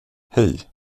hej